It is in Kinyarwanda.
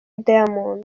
diamond